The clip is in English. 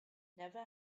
never